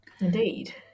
indeed